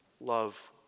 love